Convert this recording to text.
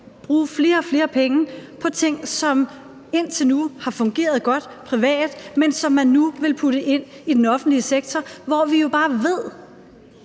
bruge flere og flere penge på ting, som indtil nu har fungeret godt privat, men som man nu vil putte ind i den offentlige sektor, hvor vi jo bare ved,